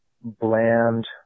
bland